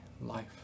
life